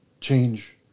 change